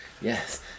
Yes